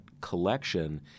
collection